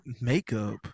makeup